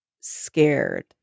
scared